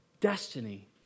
destiny